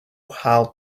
how